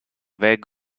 weg